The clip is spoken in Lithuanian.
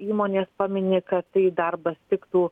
įmonės pamini kad tai darbas tiktų